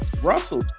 Russell